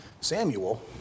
Samuel